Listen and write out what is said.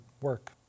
work